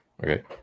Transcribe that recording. Okay